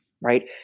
right